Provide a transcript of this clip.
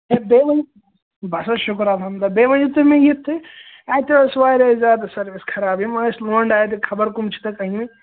ہے بیٚیہِ ؤنۍ بس حظ شُکُر اَلحمدُ لِلہ بیٚیہِ ؤنِو تُہۍ مےٚ یہِ تہِ اَتہِ ٲسۍ واریاہ زیادٕ سٔروِس خَراب یِم ٲسۍ لونٛڈٕ اَتہٕ خَبر کُم چھِ تھکھ أنۍمٕتۍ